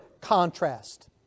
contrast